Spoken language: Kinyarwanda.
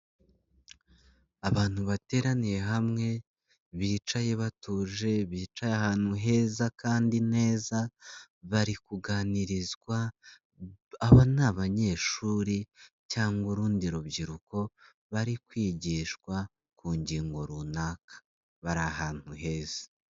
Abantu bateraniye hamwe bicaye batuje, bicaye ahantu heza kandi neza, bari kuganirizwa. Aba ni abanyeshuri cyangwa urundi rubyiruko bari kwigishwa ku ngingo runaka bari ahantu heza.